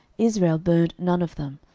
israel burned none of them,